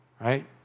right